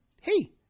hey